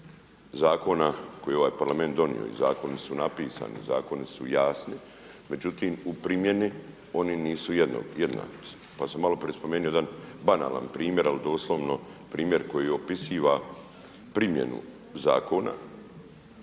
zakona koji je ovaj Parlament donio i zakoni su napisani, zakoni su jasni, međutim u primjeni oni nisu jednaki. Pa sam malo prije spomenuo jedan banalan primjer, ali doslovno primjer koji opisiva primjenu zakona